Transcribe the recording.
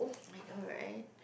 I know right